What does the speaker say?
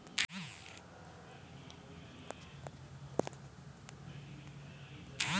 भिंडी के गाछी के बीच में कमबै के लेल कोन मसीन छै ओकर कि नाम छी?